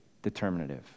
determinative